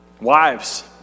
Wives